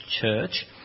church